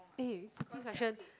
eh this question